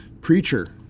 Preacher